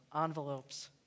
envelopes